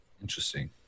Interesting